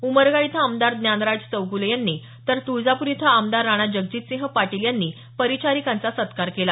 उमरगा इथं आमदार ज्ञानराज चौगुले यांनी तर तुळजापूर इथं आमदार राणा जगजीतसिंह पाटील यांनी परिचारिकांचा सत्कार केला